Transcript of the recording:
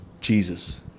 jesus